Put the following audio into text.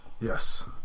yes